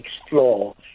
explore